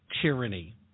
tyranny